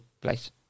place